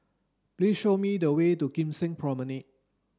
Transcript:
please show me the way to Kim Seng Promenade